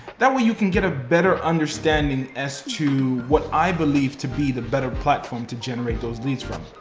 that way you can get a better understanding as to what i believe to be the better platform to generate those leads from.